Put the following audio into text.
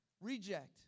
Reject